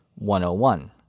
101